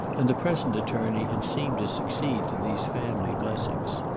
and the present attorney had seemed to succeed to these family blessings.